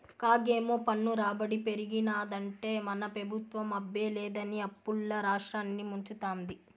కాగేమో పన్ను రాబడి పెరిగినాదంటే మన పెబుత్వం అబ్బే లేదని అప్పుల్ల రాష్ట్రాన్ని ముంచతాంది